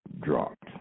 dropped